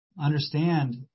understand